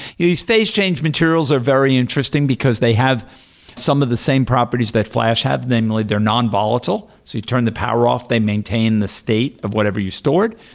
these phase change materials are very interesting, because they have some of the same properties that flash have. namely they're non-volatile, so you turn the power off, they maintain the state of whatever you stored,